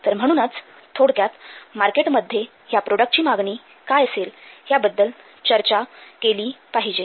तर म्हणूनच थोडक्यात मार्केटमध्ये ह्या प्रोडक्टची मागणी काय असेल याबद्दल चर्चा केली पाहिजे